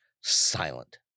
silent